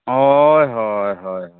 ᱦᱚᱭ ᱦᱚᱭ ᱦᱚᱭ